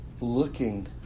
looking